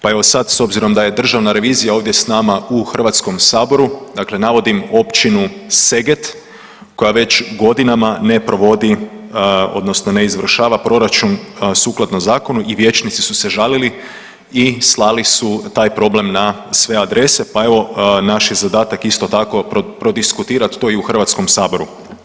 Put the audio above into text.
Pa evo sad s obzirom da je državna revija ovdje s nama u Hrvatskom saboru, dakle navodim općinu Seget koja već godinama ne provodi odnosno ne izvršava proračun sukladno zakonu i vijećnici su se žalili i slali su taj problem na sve adrese, pa evo naš je zadatak isto tako prodiskutirat to i u Hrvatskom saboru.